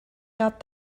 got